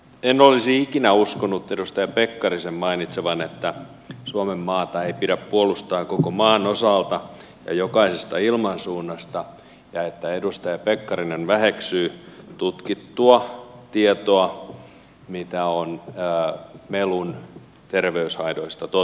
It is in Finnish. en olisi ikinä uskonut että edustaja pekkarinen mainitsee että suomenmaata ei pidä puolustaa koko maan osalta ja jokaisesta ilmansuunnasta ja että edustaja pekkarinen väheksyy tutkittua tietoa mitä on melun terveyshaitoista todettu